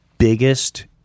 Biggest